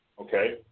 Okay